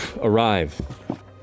Arrive